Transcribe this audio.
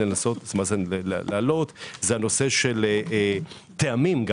להעלות הנושא של טעמים.